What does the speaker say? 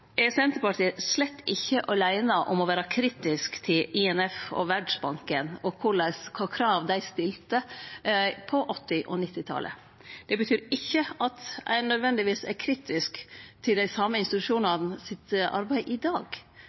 er Senterpartiet slett ikkje åleine om å vere kritisk til IMF og Verdsbanken og krava dei stilte på 1980- og 1990-talet. Det betyr ikkje at ein nødvendigvis er kritisk til dei same institusjonane sitt arbeid i dag.